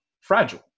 fragile